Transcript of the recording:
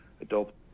adult